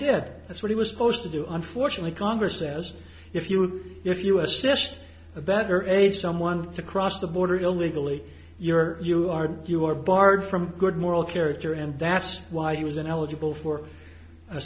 did what he was supposed to do unfortunately congress says if you if you assist a better age someone to cross the border illegally you are you are you are barred from good moral character and that's why he was ineligible for a